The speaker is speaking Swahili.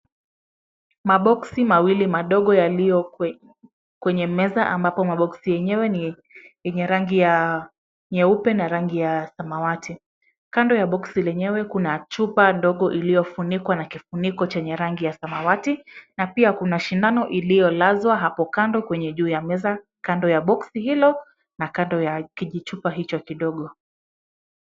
Maboksi mawili madogo yaliyo kwenye meza ambapo maboksi yenyewe ni yenye rangi ya nyeupe na rangi ya samawati .Kando ya boksi lenyewe kuna chupa ndogo iliyofunikwa na kifuniko chenye rangi ya samawati na pia kuna sindano iliyolazwa hapo kando kwenye juu ya meza kando ya boksi hilo na kando ya kijichupa hicho kidogo.